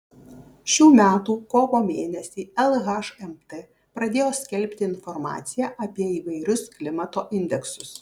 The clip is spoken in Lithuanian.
šių metų kovo mėnesį lhmt pradėjo skelbti informaciją apie įvairius klimato indeksus